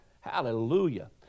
Hallelujah